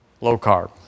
low-carb